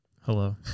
Hello